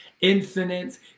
infinite